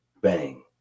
bang